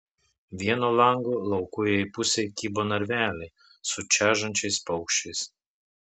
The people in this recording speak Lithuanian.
vieno lango laukujėj pusėj kybo narveliai su čežančiais paukščiais